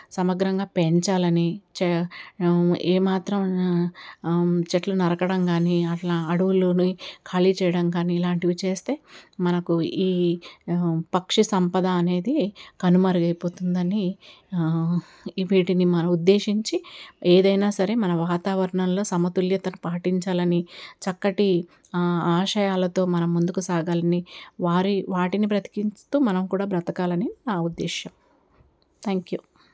సమగ్రంగా పెంచాలని చె ఏమాత్రం చెట్లు నరకడం కానీ అట్లా అడవుల్లోనూ ఖాళీ చేయడం కానీ ఇలాంటివి చేస్తే మనకు ఈ పక్షి సంపద అనేది కనుమరుగు అయిపోతుంది అని వీటిని మనం ఉద్దేశించి ఏదైనా సరే మన వాతావరణంలో సమతుల్యత పాటించాలని చక్కటి ఆశయాలతో మనం ముందుకు సాగాలని వారే వాటిని బ్రతికించుతూ మనం కూడా బ్రతకాలని నా ఉద్దేశం థ్యాంక్ యూ